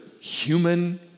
human